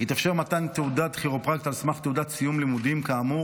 יתאפשר מתן תעודת כירופרקט על סמך תעודת סיום לימודים כאמור,